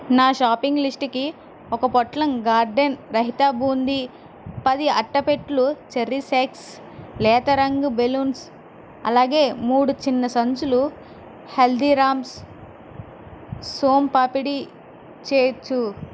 నా షాపింగ్ లిస్టుకి ఒక పొట్లం గార్డెన్ రైతా బూందీ పది అట్టపెట్టెలు చెరిష్ ఎక్స్ లేతరంగు బెలూన్లు అలాగే మూడు చిన్న సంచులు హల్దీరామ్స్ సోమ్ పాపడి చేర్చు